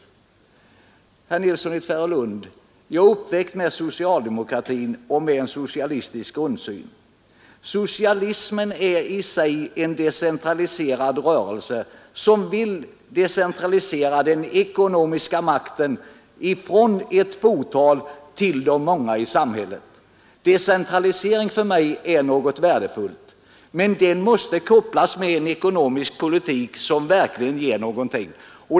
Jag är, herr Nilsson i Tvärålund, uppväxt med socialdemokratin och med en socialistisk grundsyn. Socialism är i sig en decentraliserad rörelse som vill decentralisera den ekonomiska makten från ett fåtal till de många i samhället. Decentralisering är för mig något värdefullt, men det måste kopplas med en ekonomisk politik som verkligen ger någonting.